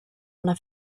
una